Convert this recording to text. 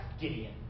Gideon